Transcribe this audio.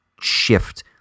shift